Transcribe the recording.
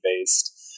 based